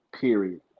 period